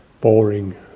boring